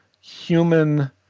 human